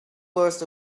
was